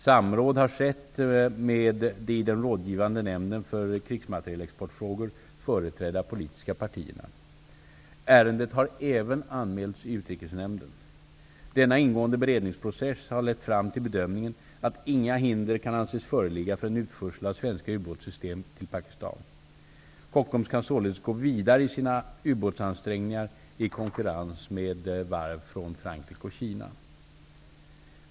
Samråd har skett med de i den rådgivande nämnden för krigsmaterielexportfrågor företrädda politiska partierna. Ärendet har även anmälts i utrikesnämnden. Denna ingående beredningsprocess har lett fram till bedömningen, att inga hinder kan anses föreligga för en utförsel av svenska ubåtssystem till Pakistan. Kockums kan således gå vidare i sina utbåtsansträngningar i konkurrens med varv från Frankrike och Kina.